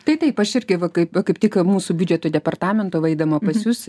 kainos dalis tai taip aš irgi va kaip kaip tik mūsų biudžeto departamento va eidama pas jus